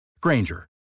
Granger